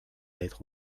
être